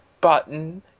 button